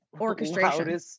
orchestration